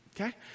okay